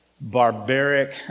barbaric